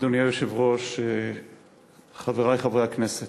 אדוני היושב-ראש, חברי חברי הכנסת,